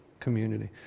Community